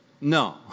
No